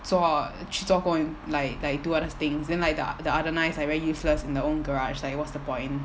做去做工 like like do other things then like the other nine like very useless in their own garage like what's the point